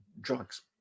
drugs